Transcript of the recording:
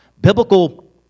biblical